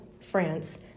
France